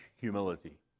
humility